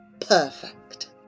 perfect